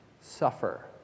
suffer